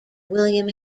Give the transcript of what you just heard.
william